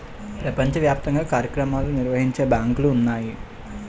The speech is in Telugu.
ప్రపంచ వ్యాప్తంగా కార్యక్రమాలు నిర్వహించే బ్యాంకులు ఉన్నాయి